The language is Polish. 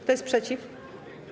Kto jest przeciw?